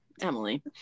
Emily